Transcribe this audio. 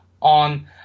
on